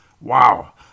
wow